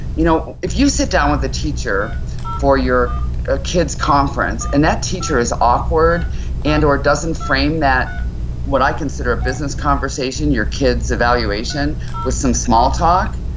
you know if you sit down with a teacher for your ah kids conference and that teacher is awkward and or doesn't frame what i consider a business conversation, your kids evaluation with some small talk,